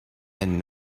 and